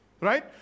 Right